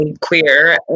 queer